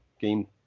game